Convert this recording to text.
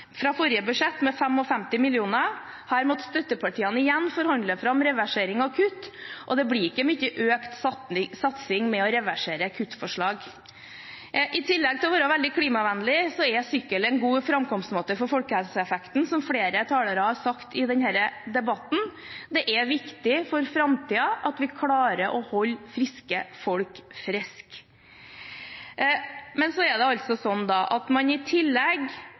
fra forrige budsjett med 55 mill. kr. Her måtte støttepartiene igjen forhandle fram reversering av kutt, og det blir ikke mye økt satsing av å reversere kuttforslag. I tillegg til å være veldig klimavennlig er sykkel en framkomstmåte med god folkehelseeffekt, som flere talere har sagt i denne debatten. Det er viktig for framtiden at vi klarer å holde friske folk friske. Men så er det slik at man i tillegg